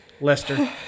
Lester